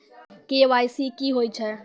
KYC की होय छै?